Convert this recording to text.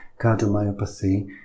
cardiomyopathy